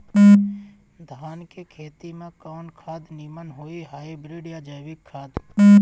धान के खेती में कवन खाद नीमन होई हाइब्रिड या जैविक खाद?